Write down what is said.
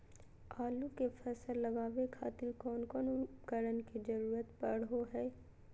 आलू के फसल लगावे खातिर कौन कौन उपकरण के जरूरत पढ़ो हाय?